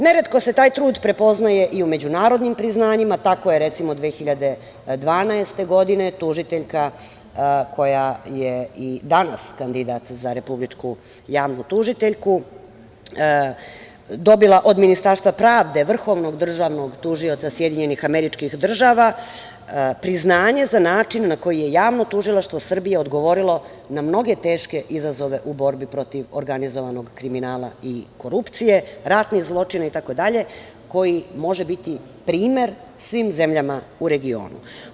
Ne retko se taj trud prepoznaje i u međunarodnim priznanjima i tako je recimo, 2012. godine, tužiteljka koja je i danas kandidat za republičku javnu tužiteljku, dobila od Ministarstva pravde, Vrhovnog tužioca SAD, priznanje za način na koje Javno tužilaštvo Srbije odgovorilo na mnoge teške izazove u borbi protiv organizovanog kriminala i korupcije, ratnih zločina itd. koji možda može biti primer svim zemljama u regionu.